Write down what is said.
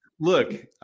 Look